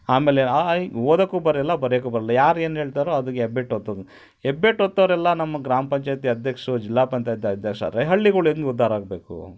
ಆಮೇಲೆ ಆ ಈ ಓದಕ್ಕೂ ಬರೋಲ್ಲ ಬರ್ಯೋಕ್ಕು ಬರೋಲ್ಲ ಯಾರು ಏನು ಹೇಳ್ತಾರೊ ಅವ್ರಿಗೆ ಹೆಬ್ಬೆಟ್ಟು ಒತ್ತೋದು ಹೆಬ್ಬೆಟ್ ಒತ್ತೋರೆಲ್ಲ ನಮ್ಮ ಗ್ರಾಮ ಪಂಚಾಯಿತಿ ಅಧ್ಯಕ್ಷರು ಜಿಲ್ಲಾ ಪಂಚಾಯ್ತಿ ಅಧ್ಯಕ್ಷರಾದ್ರೆ ಹಳ್ಳಿಗಳು ಹೆಂಗೆ ಉದ್ಧಾರ ಆಗಬೇಕು